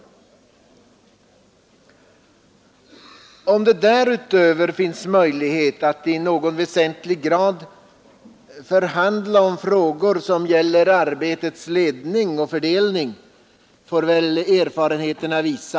Huruvida det därutöver finns möjlighet att i någon väsentlig grad förhandla om frågor som gäller arbetets ledning och fördelning, får väl erfarenheterna visa.